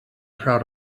proud